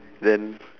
then